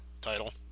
title